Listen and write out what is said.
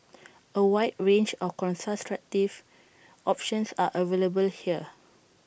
A wide range of contraceptive options are available here